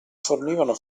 fornivano